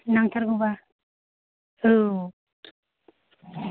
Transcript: नांथारगौबा औ